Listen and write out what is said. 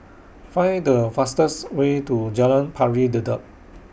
Find The fastest Way to Jalan Pari Dedap